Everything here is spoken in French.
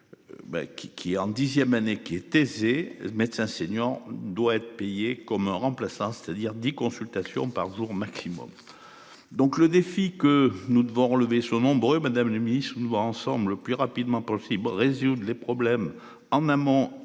qui en dixième année qui est aisé médecin enseignant doit être payé comme remplaçant, c'est-à-dire des consultations par jour maximum. Donc le défi que nous devons relever sont nombreux. Madame le Ministre ensemble le plus rapidement possible. Résoudre les problèmes en amont